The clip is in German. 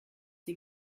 sie